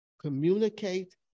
communicate